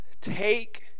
Take